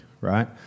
right